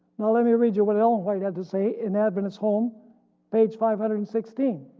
now let me read you what ellen white had to say in adventist home page five hundred and sixteen